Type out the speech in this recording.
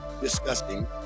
disgusting